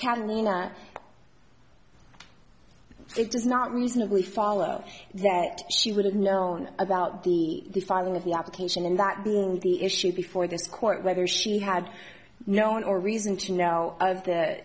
catalina it does not reasonably follow that she would have known about the filing of the application and that being the issue before this court whether she had known or reason to know th